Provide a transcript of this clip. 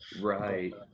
right